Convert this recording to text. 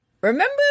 remember